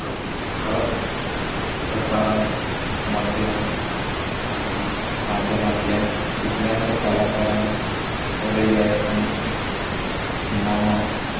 कला प्रकारांत माध्यम माध्यमांतल्यान कितल्याश्या कलाकारांक बरें यश आनी इनामां